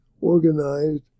organized